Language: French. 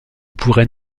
pourrait